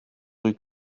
rue